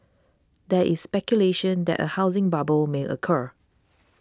there is speculation that a housing bubble may occur